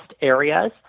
areas